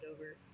over